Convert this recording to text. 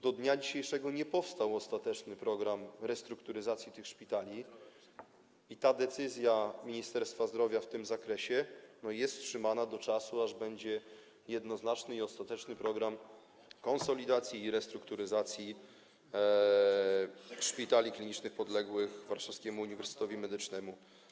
Do dnia dzisiejszego nie powstał ostateczny program restrukturyzacji tych szpitali i decyzja Ministerstwa Zdrowia w tym zakresie jest wstrzymana do czasu, aż będzie znany jednoznaczny i ostateczny program konsolidacji i restrukturyzacji szpitali klinicznych podległych Warszawskiemu Uniwersytetowi Medycznemu.